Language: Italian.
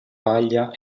paglia